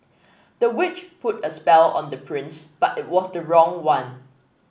the witch put a spell on the prince but it was the wrong one